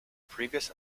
previous